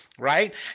Right